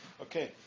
Okay